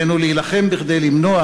עלינו להילחם כדי למנוע